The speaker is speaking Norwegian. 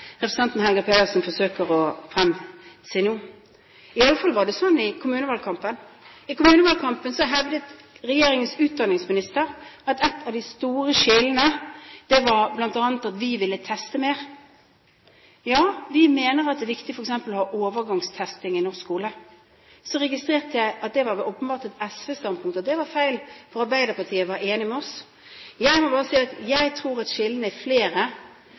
representanten Helga Pedersen forsøker å si nå. I alle fall var det sånn i kommunevalgkampen. I kommunevalgkampen hevdet regjeringens utdanningsminister at et av de store skillene bl.a. var at vi ville teste mer. Ja, vi mener at det er viktig f.eks. å ha overgangstesting i norsk skole. Så registrerte jeg at det åpenbart var et SV-standpunkt at det var feil, for Arbeiderpartiet var enig med oss. Jeg må bare si at jeg tror at skillene er flere.